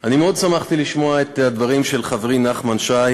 אני מאוד שמחתי לשמוע את הדברים של חברי נחמן שי,